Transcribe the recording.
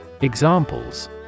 Examples